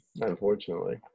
Unfortunately